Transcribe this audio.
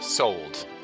Sold